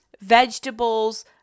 vegetables